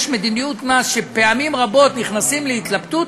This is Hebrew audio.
יש מדיניות מס שפעמים רבות נכנסים להתלבטות,